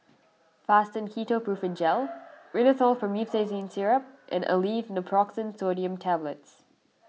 Fastum Ketoprofen Gel Rhinathiol Promethazine Syrup and Aleve Naproxen Sodium Tablets